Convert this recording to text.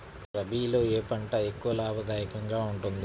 రబీలో ఏ పంట ఎక్కువ లాభదాయకంగా ఉంటుంది?